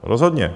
Rozhodně.